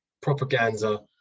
propaganda